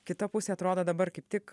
kita pusė atrodo dabar kaip tik